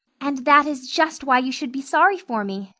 and that is just why you should be sorry for me,